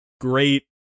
great